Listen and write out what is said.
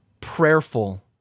prayerful